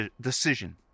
decision